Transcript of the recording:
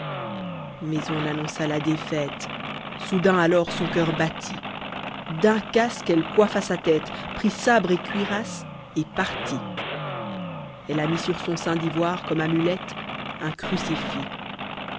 mais on annonça la défaite soudain alors son coeur battit d'un casque elle coiffa sa tête prit sabre et cuirasse et partit elle a mis sur son sein d'ivoire comme amulette un crucifix